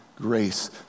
grace